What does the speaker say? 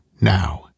now